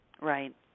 Right